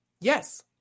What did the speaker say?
Yes